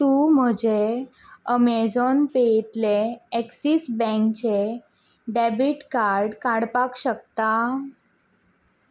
तूं म्हजें अमेझॉन पेतले एक्सीस बँकचे डेबीट कार्ड काडपाक शकता